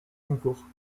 concours